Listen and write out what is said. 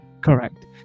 correct